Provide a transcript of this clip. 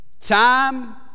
Time